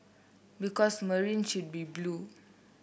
because Marine should be blue